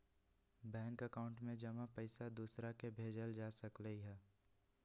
bank account में जमा पईसा दूसरा के भेजल जा सकलई ह